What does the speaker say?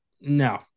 No